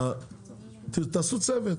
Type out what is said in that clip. תעשו צוות.